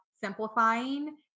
simplifying